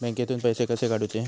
बँकेतून पैसे कसे काढूचे?